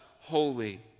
holy